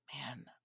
man